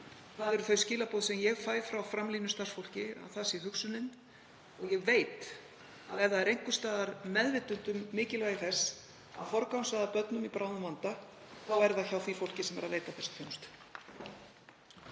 Það eru þau skilaboð sem ég fæ frá framlínustarfsfólki að það sé hugsunin. Og ég veit að ef það er einhvers staðar meðvitund um mikilvægi þess að forgangsraða börnum í bráðum vanda þá er það hjá því fólki sem veitir þessa þjónustu.